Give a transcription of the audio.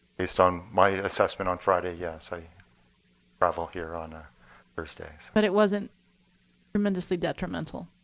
based on my assessment on friday, yes. i traveled here on a thursday. but it wasn't tremendously detrimental.